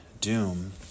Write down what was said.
Doom